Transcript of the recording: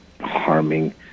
harming